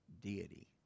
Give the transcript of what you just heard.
Deity